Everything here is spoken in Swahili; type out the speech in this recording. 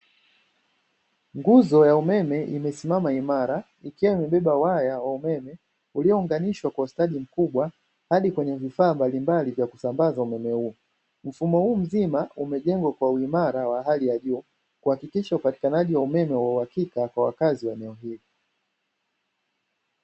Nguzo ya umeme imesimama imara ikiwa imebeba waya ya umeme uliounganishwa kwa ustadi mkubwa hadi kwenye vifaa mbalimbali vya kusambaza umeme huo, mfumo huu mzima umejengwa kwa uimara wa hali ya juu kuhakikisha upatikanaji wa umeme wa uhakika kwa wakazi wa eneo hilo.